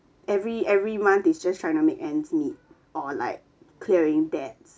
every every month is just trying to make ends meet or like clearing debts